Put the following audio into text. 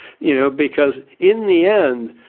you know because in the end,